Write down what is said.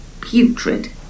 Putrid